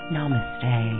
Namaste